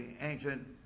ancient